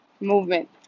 movement